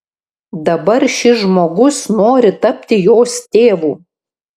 dabar šis žmogus nori tapti jos tėvu